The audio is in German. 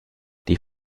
die